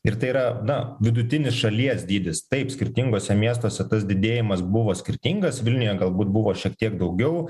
ir tai yra na vidutinis šalies dydis taip skirtinguose miestuose tas didėjimas buvo skirtingas vilniuje galbūt buvo šiek tiek daugiau